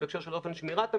בהקשר של אופן שמירת המידע,